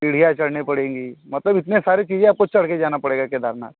सीढ़ियाँ चढ़नी पड़ेंगी मतलब इतने सारी सीढ़ियाँ चढ़ कर आपको जाना पड़ेगा केदारनाथ